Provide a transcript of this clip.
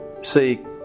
see